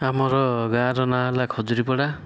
ଆମର ଗାଁର ନାଁ ହେଲା ଖଜୁରୀପଡ଼ା